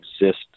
exist